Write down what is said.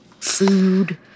food